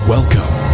Welcome